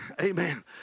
amen